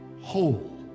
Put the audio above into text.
whole